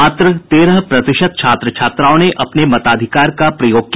मात्र तेरह प्रतिशत छात्र छात्राओं ने अपने मताधिकार का प्रयोग किया